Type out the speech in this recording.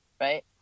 Right